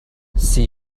see